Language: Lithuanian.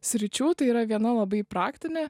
sričių tai yra viena labai praktinė